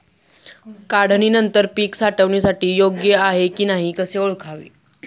काढणी नंतर पीक साठवणीसाठी योग्य आहे की नाही कसे ओळखावे?